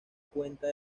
cuenta